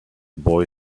boy